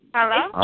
Hello